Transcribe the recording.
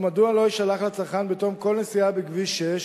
או מדוע לא יישלח לצרכן בתום כל נסיעה בכביש 6